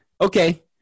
okay